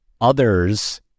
others